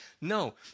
No